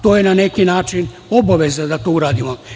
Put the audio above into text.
To je na neki način obaveza da to uradimo.